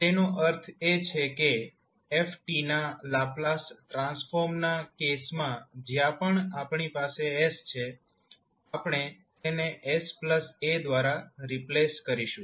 તેનો અર્થ એ છે કે 𝑓𝑡ના લાપ્લાસ ટ્રાન્સફોર્મના કેસમાં જ્યાં પણ આપણી પાસે s છે આપણે તેને 𝑠𝑎 દ્વારા રિપ્લેસ કરીશું